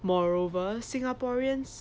moreover singaporean